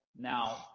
Now